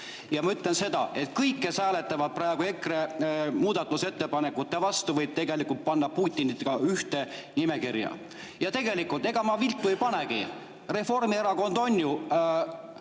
Ja ma ütlen seda, et kõik, kes hääletavad praegu EKRE muudatusettepanekute vastu, võib tegelikult panna Putiniga ühte nimekirja. Ja ega ma viltu ei panegi. Reformierakond on ju